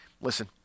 listen